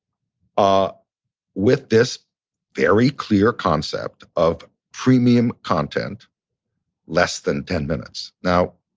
ah with this very clear concept of premium content less than ten minutes. now,